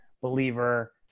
believer